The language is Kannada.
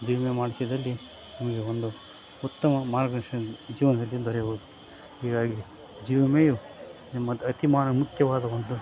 ಜೀವ ವಿಮೆ ಮಾಡಿಸಿದ್ದಲ್ಲಿ ನಮಗೆ ಒಂದು ಉತ್ತಮ ಮಾರ್ಗದರ್ಶನ ಜೀವನದಲ್ಲಿ ದೊರೆಬೋದು ಹೀಗಾಗಿ ಜೀವ ವಿಮೆಯು ನಿಮ್ಮದು ಅತೀ ಮಾನ ಮುಖ್ಯವಾದ ಒಂದು